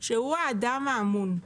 שהוא האדם האמון.